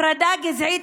הפרדה גזעית,